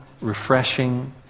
refreshing